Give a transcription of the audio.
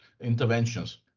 interventions